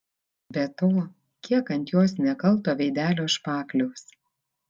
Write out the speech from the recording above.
be to kiek ant jos nekalto veidelio špakliaus